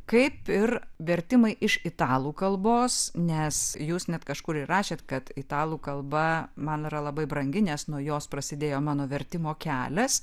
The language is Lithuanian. kaip ir vertimai iš italų kalbos nes jūs net kažkur ir rašėt kad italų kalba man yra labai brangi nes nuo jos prasidėjo mano vertimo kelias